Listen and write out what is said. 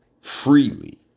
Freely